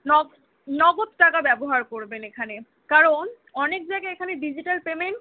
নগ নগদ টাকা ব্যবহার করবেন এখানে কারণ অনেক জায়গায় এখানে ডিজিটাল পেমেন্ট